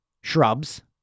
shrubs